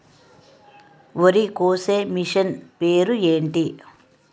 వరి కోసే మిషన్ పేరు ఏంటి